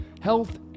Health